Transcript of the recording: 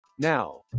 Now